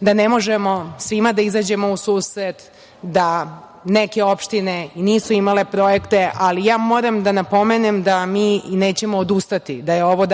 da ne možemo svima da izađemo u susret, da neke opštine nisu imale projekte, ali ja moram da napomenem da mi nećemo odustati, da je ovo